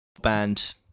Band